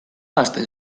hasten